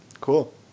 cool